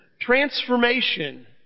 transformation